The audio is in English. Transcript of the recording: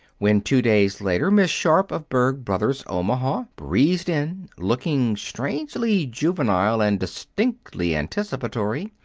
when, two days later, miss sharp, of berg brothers, omaha, breezed in, looking strangely juvenile and distinctly anticipatory,